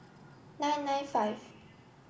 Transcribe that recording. nine nine five